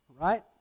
right